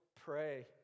pray